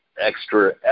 extra